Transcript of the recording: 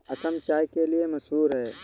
असम चाय के लिए मशहूर है